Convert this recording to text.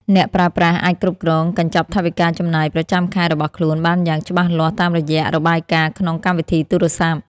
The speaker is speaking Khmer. អ្នកប្រើប្រាស់អាចគ្រប់គ្រងកញ្ចប់ថវិកាចំណាយប្រចាំខែរបស់ខ្លួនបានយ៉ាងច្បាស់លាស់តាមរយៈរបាយការណ៍ក្នុងកម្មវិធីទូរស័ព្ទ។